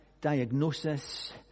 diagnosis